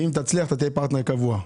ואם תצליח אתה תהיה פרטנר קבוע.